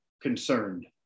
concerned